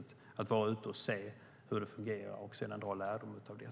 Det handlar om att vara ute och se hur det fungerar och sedan dra lärdom av det.